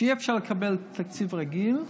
כשאי-אפשר לקבל תקציב רגיל,